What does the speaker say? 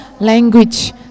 language